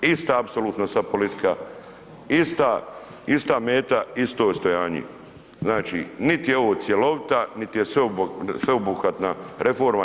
Ista apsolutno sad politika, ista meta, isto odstojanje, znači niti je ovo cjelovita, niti je sveobuhvatna reforma.